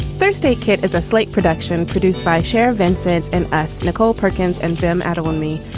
first aid kit is a slate production produced by cher vincent and as nicole perkins and them at owumi,